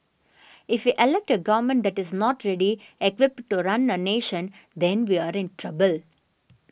if we elect a government that is not ready equipped to run a nation then we are in trouble